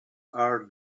are